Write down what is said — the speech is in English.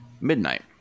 midnight